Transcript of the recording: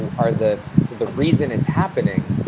are the the reason it's happening.